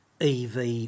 EV